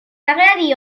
agradi